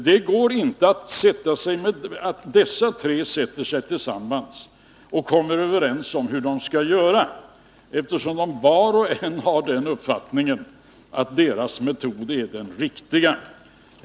Det går inte att dessa tre företag sätter sig tillsammans och kommer överens om hur de skall göra, eftersom de vart och ett har den uppfattningen att deras metod är den riktiga.